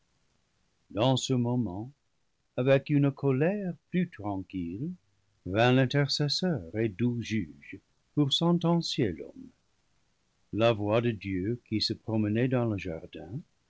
dans ce moment avec une colère plus tranquille vint l'intercesseur et doux juge pour sentencier l'homme la voix de dieu qui se promenait dans le jardin